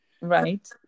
right